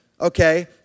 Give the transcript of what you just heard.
okay